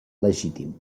legítim